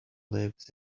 lives